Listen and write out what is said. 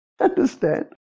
Understand